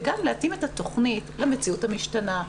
וגם להתאים את התוכנית למציאות המשתנה.